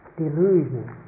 delusion